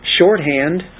shorthand